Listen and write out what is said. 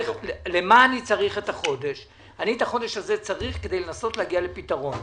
את החודש הזה אני צריך כדי לנסות להגיע לפתרון.